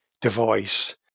device